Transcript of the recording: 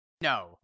No